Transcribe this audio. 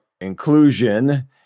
inclusion